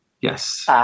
Yes